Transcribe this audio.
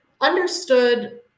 understood